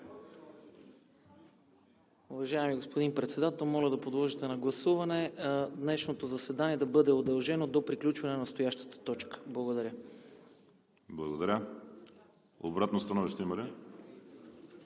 Уважаеми господин Председател, моля да подложите на гласуване днешното заседание да бъде удължено до приключване на настоящата точка. Благодаря. ПРЕДСЕДАТЕЛ ВАЛЕРИ СИМЕОНОВ: Благодаря. Обратно становище има